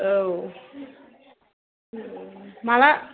औ माब्ला